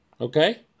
Okay